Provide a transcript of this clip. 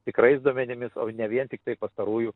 tikrais duomenimis o ne vien tiktai pastarųjų